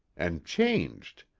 and changed.